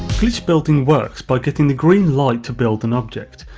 glitch building works by getting the green light to build an object,